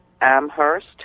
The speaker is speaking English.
amherst